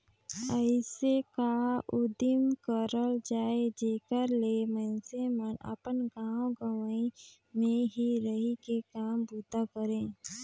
अइसे का उदिम करल जाए जेकर ले मइनसे मन अपन गाँव गंवई में ही रहि के काम बूता करें